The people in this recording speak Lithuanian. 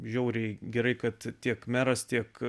žiauriai gerai kad tiek meras tiek